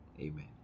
Amen